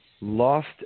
Lost